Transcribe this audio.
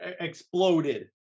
exploded